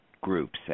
groups